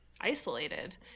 isolated